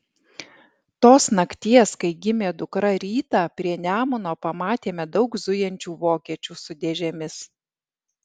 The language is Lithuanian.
tos nakties kai gimė dukra rytą prie nemuno pamatėme daug zujančių vokiečių su dėžėmis